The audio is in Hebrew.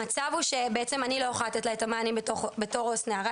המצב הוא שאני לא יכולה לתת לה את המענה בתור עו"ס נערה,